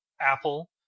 apple